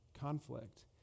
conflict